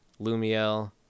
Lumiel